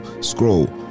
scroll